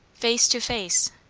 face to face,